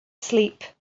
sleep